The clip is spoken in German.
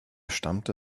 stammte